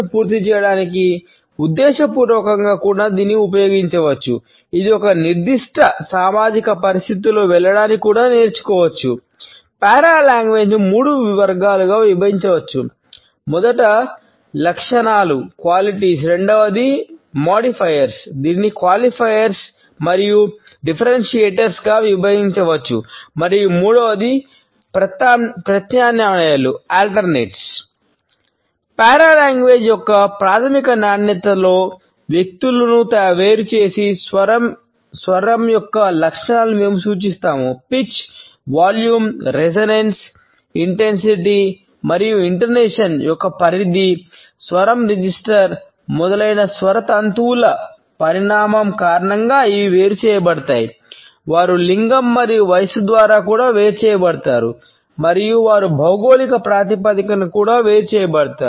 paralanguage ప్రాతిపదికన కూడా వేరు చేయబడతారు